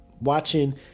Watching